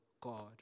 God